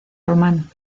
roman